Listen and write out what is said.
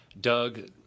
Doug